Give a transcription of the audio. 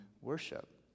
worship